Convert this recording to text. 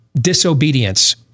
disobedience